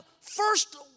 first